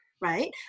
right